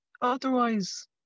otherwise